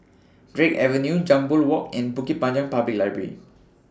Drake Avenue Jambol Walk and Bukit Panjang Public Library